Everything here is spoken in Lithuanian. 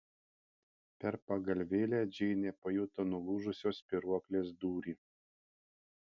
per pagalvėlę džeinė pajuto nulūžusios spyruoklės dūrį